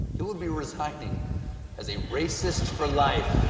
he would be resigning as a racist for life.